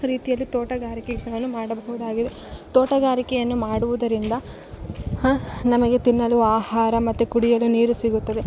ರೀತಿಯಲ್ಲಿ ತೋಟಗಾರಿಕೆಗಳನ್ನು ಮಾಡಬಹುದಾಗಿದೆ ತೋಟಗಾರಿಕೆಯನ್ನು ಮಾಡುವುದರಿಂದ ಹಾಂ ನಮಗೆ ತಿನ್ನಲು ಆಹಾರ ಮತ್ತು ಕುಡಿಯಲು ನೀರು ಸಿಗುತ್ತದೆ